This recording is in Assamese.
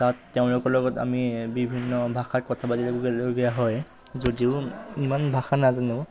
তাত তেওঁলোকৰ লগত আমি বিভিন্ন ভাষাত কথা পাতিবলগীয়া হয় যদিও ইমান ভাষা নাজানো